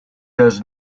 does